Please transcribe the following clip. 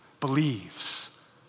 believes